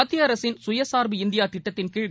மத்திய அரசின் குயசா்பு இந்தியா திட்டத்தின் கீழ்